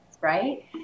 right